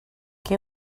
què